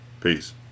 Peace